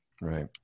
right